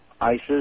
Isis